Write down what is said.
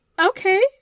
Okay